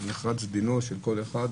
כאשר נחרץ דינו של אדם,